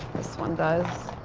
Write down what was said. this one does. ah